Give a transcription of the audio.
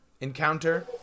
encounter